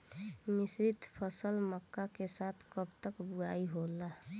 मिश्रित फसल मक्का के साथ कब तक बुआई होला?